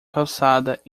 calçada